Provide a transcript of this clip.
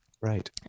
Right